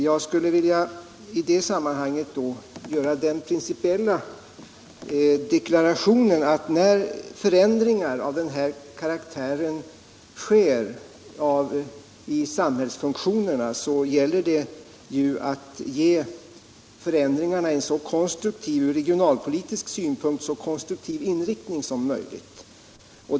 Jag skulle i det sammanhanget vilja göra den principiella deklarationen att när förändringar av den här karaktären sker i samhällsfunktionerna så gäller det att ge förändringarna en från regionalpolitisk synpunkt så konstruktiv inriktning som möjligt.